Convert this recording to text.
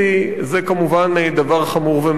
זה כמובן דבר חמור ומצער.